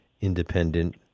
Independent